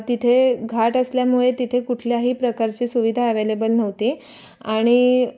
तिथे घाट असल्यामुळे तिथे कुठल्याही प्रकारची सुविधा अव्हेलेबल नव्हती आणि